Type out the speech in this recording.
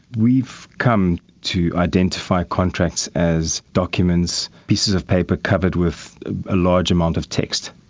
we've come to identify contracts as documents, pieces of paper covered with a large amount of text.